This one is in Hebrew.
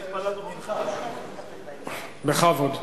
בכבוד,